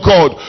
God